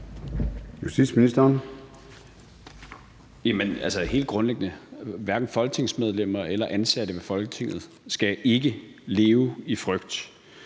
vil jeg sige, at hverken folketingsmedlemmer eller ansatte i Folketinget skal leve i frygt.